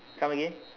come again